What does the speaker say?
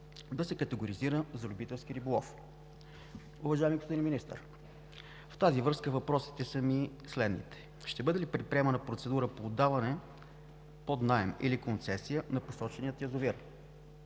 да се категоризира на „Любителски риболов“. Уважаеми господин Министър, в тази връзка въпросите са ми следните: ще бъде ли предприемана процедура по отдаване под наем или концесия на посочения язовир?